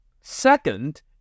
second